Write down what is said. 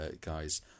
guys